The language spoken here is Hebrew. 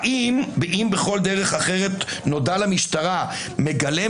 האם "אם בכל דרך אחרת נודע למשטרה" מגלם